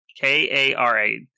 K-A-R-A